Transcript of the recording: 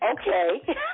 okay